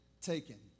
taken